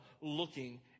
looking